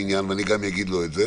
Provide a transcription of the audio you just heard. ואני גם אגיד לו את זה